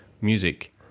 music